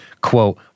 quote